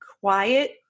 quiet